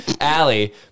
Allie